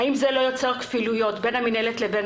האם זה לא יוצר כפילויות בין המנהלת לבין